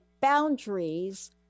boundaries